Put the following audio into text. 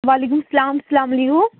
وعلیکُم سَلام اسلام علیکُم